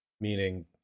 Meaning